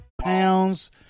Pounds